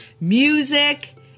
music